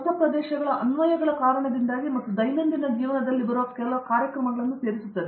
ಅರಂದಾಮ ಸಿಂಗ್ ಆದರೆ ಹೊಸ ಪ್ರದೇಶಗಳು ಅನ್ವಯಗಳ ಕಾರಣದಿಂದಾಗಿ ಮತ್ತು ದೈನಂದಿನ ಜೀವನದಲ್ಲಿ ಬರುವ ಕೆಲವು ಕಾರ್ಯಕ್ರಮಗಳನ್ನು ಸೇರಿಸುತ್ತವೆ